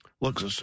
Look